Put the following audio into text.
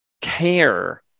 care